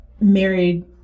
married